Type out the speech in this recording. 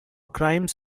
crimes